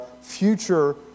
future